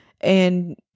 And-